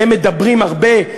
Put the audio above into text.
הם מדברים הרבה,